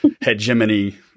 hegemony